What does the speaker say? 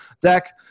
Zach